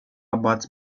about